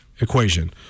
equation